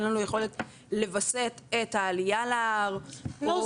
אין לנו יכולת לווסת את העליה להר או מי בדיוק --- לא,